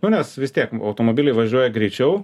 nu nes vis tiek automobiliai važiuoja greičiau